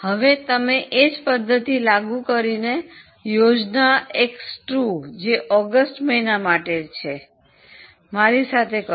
હવે તમે એજ પદ્ધતિ લાગુ કરીને યોજના X2 જે ઓગસ્ટ મહિના માટે છે મારી સાથે કરો